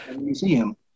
museum